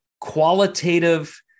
qualitative